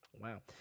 Wow